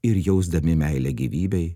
ir jausdami meilę gyvybei